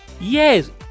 Yes